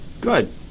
Good